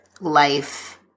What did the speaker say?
life